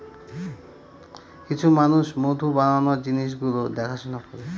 কিছু মানুষ মধু বানানোর জিনিস গুলো দেখাশোনা করে